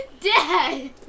Dad